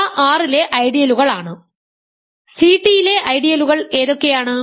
ഇവ R ലെ ഐഡിയലുകൾ ആണ് സി ടിയിലെ ഐഡിയലുകൾ എന്തൊക്കെയാണ്